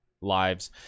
lives